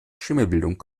schimmelbildung